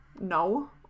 No